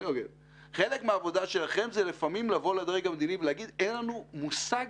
זה לבוא לדרג המדיני ולהגיד שאין לכם מושג